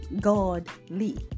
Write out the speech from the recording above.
godly